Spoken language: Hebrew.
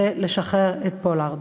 זה לשחרר את פולארד.